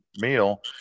meal